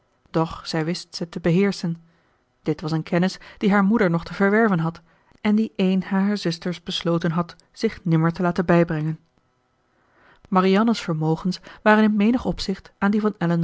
doch zij wist ze te beheerschen dit was een kennis die haar moeder nog te verwerven had en die een harer zusters besloten had zich nimmer te laten bijbrengen marianne's vermogens waren in menig opzicht aan die van